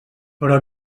però